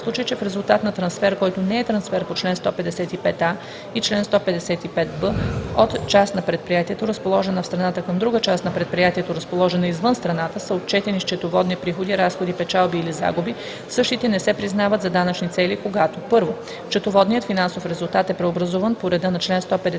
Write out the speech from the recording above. В случай че в резултат на трансфер, който не е трансфер по чл. 155а и чл. 155б от част на предприятието, разположена в страната, към друга част на предприятието, разположена извън страната, са отчетени счетоводни приходи, разходи, печалби или загуби, същите не се признават за данъчни цели, когато: 1. счетоводният финансов резултат е преобразуван по реда на чл. 156,